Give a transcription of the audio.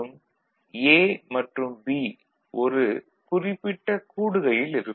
A மற்றும் B ஒரு குறிப்பிட்ட கூடுகையில் இருக்கும்